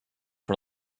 her